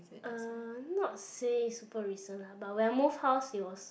uh not say super recent lah but when I move house it was